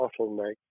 bottleneck